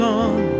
on